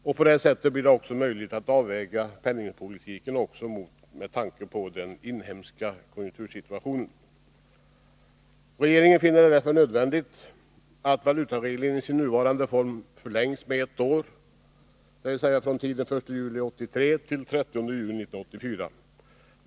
På det sättet blir det också möjligt att avväga penningpolitiken med tanke på den inhemska konjunktursituationen. Regeringen finner det därför nödvändigt att valutaregleringen i sin nuvarande form förlängs med ett år, dvs. från den 1 juli 1983 till den 30 juni 1984.